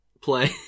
play